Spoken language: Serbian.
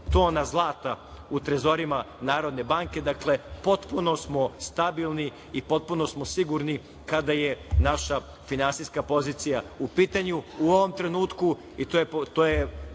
tona zlata u trezorima NBS, dakle, potpuno smo stabilni i potpuno smo sigurni kada je naša finansijska pozicija u pitanju.U ovom trenutku, i to je